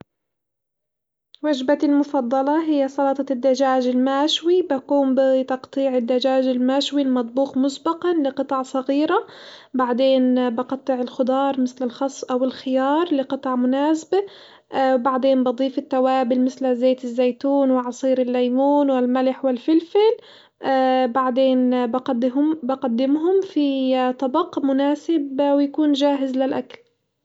وجبتي المفضلة هي سلطة الدجاج المشوي، بقوم بتقطيع الدجاج المشوي المطبوخ مسبقًا لقطع صغيرة، بعدين بقطع الخضار مثل الخس أو الخيار لقطع مناسبة بعدين بضيف التوابل مثل زيت الزيتون وعصير الليمون والملح والفلفل، بعدين بقدهم- بقدمهم في طبق مناسب ويكون جاهز للأكل.